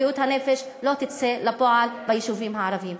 הרפורמה בשירות לבריאות הנפש לא תצא לפועל ביישובים הערביים.